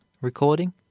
Recording